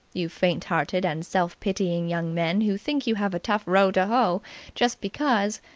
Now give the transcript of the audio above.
you faint-hearted and self-pitying young men who think you have a tough row to hoe just because,